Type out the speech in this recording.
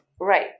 Right